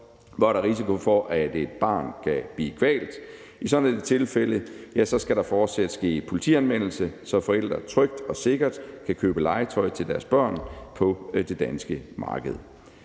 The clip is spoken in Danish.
hvor der risiko for, at et barn kan blive kvalt. I sådan et tilfælde skal der fortsat ske politianmeldelse, så forældre trygt og sikkert kan købe legetøj til deres børn på det danske marked.